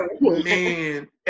Man